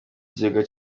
kigega